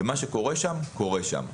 ומה שקורה שם קורה שם.